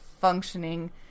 functioning